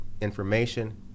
information